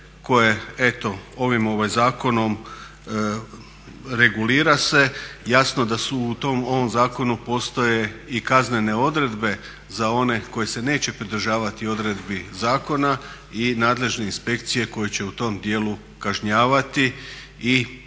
koje eto ovim zakonom regulira se. Jasno da su u tom, ovom zakonu postoje i kaznene odredbe za one koji se neće pridržavati odredbi zakona i nadležne inspekcije koje će u tom dijelu kažnjavati i